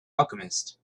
alchemist